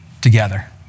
together